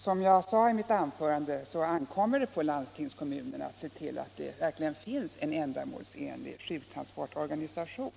Som jag sade i mitt an Nr 29 förande ankommer det på landstingskommunerna att se till att det verk Torsdagen den ligen finns en ändamålsenlig sjuktransportorganisation.